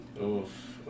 Oof